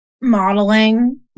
modeling